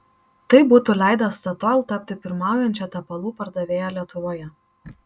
tai būtų leidę statoil tapti pirmaujančia tepalų pardavėja lietuvoje